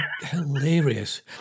hilarious